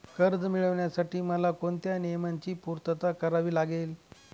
कर्ज मिळविण्यासाठी मला कोणत्या नियमांची पूर्तता करावी लागेल?